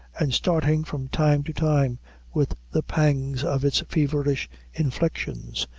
and starting from time to time with the pangs of its feverish inflictions.